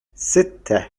ستة